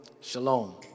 Shalom